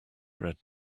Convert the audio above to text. bread